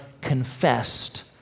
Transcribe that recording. confessed